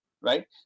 Right